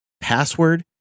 password